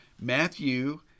Matthew